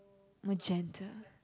magenta